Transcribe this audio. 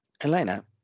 Elena